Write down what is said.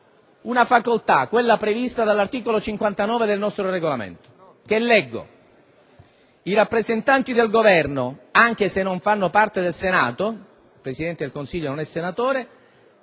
una facoltà prevista dall'articolo 59 del nostro Regolamento che recita: «I rappresentanti del Governo, anche se non fanno parte del Senato,» - e il Presidente del Consiglio non è senatore